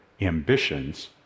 ambitions